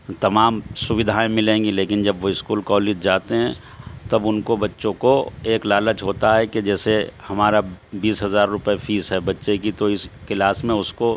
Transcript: تمام سویدھائیں ملیں گی لیکن جب اسکول کالج جاتے ہیں تب ان کو بچوں کو ایک لالچ ہوتا ہے کہ جیسے ہمارا بیس ہزار روپیہ فیس ہے بچے کی تو اس کلاس میں اس کو